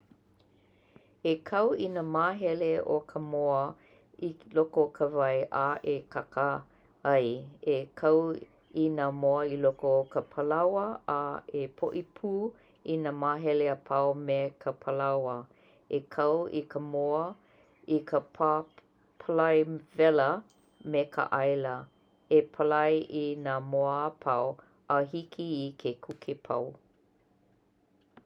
E kau i nā māhele o ka moa i loko o ka wai a e kaka ai E kau i nā moa i loko o ka palaoa a e poʻipūi nā mahele apau me ka palaoa E kau i ka moa i ka pā palai wela me ka ʻaila. E palai i nā moa ʻapau a hiki i ke kuke pau.